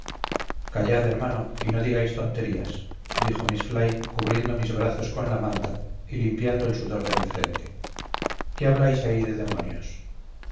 callad hermano y no digáis tonterías dijo miss fly cubriendo mis brazos con la manta y limpiando el sudor de mi frente qué habláis ahí de demonios